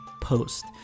post